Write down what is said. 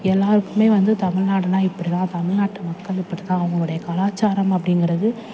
எல்லாேருக்குமே வந்து தமிழ்நாடுன்னா இப்படிதான் தமிழ்நாட்டு மக்கள் இப்படிதான் அவங்களுடைய கலாச்சாரம் அப்படிங்கறது